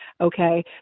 okay